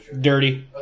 Dirty